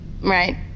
Right